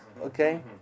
Okay